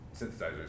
synthesizers